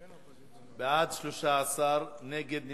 בעד, 13, נגד ונמנעים,